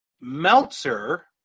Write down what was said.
Meltzer